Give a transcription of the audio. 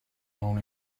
own